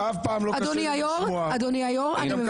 אדוני היושב ראש, אני מבקשת.